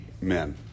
men